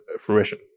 fruition